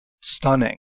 stunning